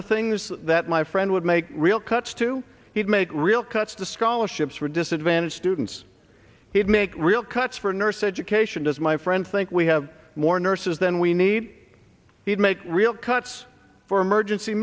the things that my friend would make real cuts to he'd make real cuts to scholarships for disadvantaged students he'd make real cuts for nurse education does my friend think we have more nurses then we need he'd make real cuts for emergency